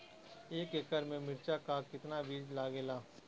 एक एकड़ में मिर्चा का कितना बीज लागेला?